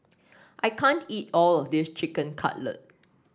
I can't eat all of this Chicken Cutlet